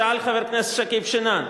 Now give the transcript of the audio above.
שאל חבר הכנסת שכיב שנאן.